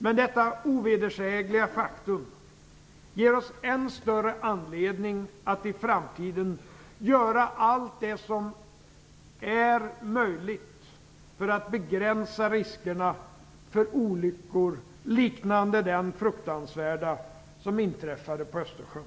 Men detta ovedersägliga faktum ger oss än större anledning att i framtiden göra allt det som är möjligt för att begränsa riskerna för olyckor liknande den fruktansvärda som inträffade på Östersjön.